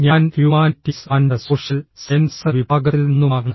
ഞാൻ humanities and social sciences വിഭാഗത്തിൽ നിന്നുമാ ണ്